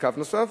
לקו נוסף,